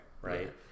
right